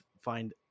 find